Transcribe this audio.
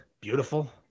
Beautiful